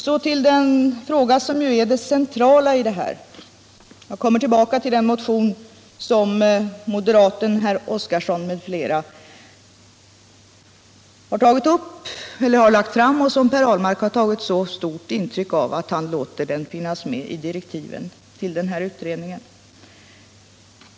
Så till den fråga som är den centrala, och då kommer jag tillbaka till den motion som moderaten herr Oskarson m.fl. lagt fram och som Per Ahlmark tagit så stort intryck av att han låter den finnas med i direktiven till utredningen.